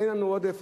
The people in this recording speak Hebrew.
אין לנו עודף,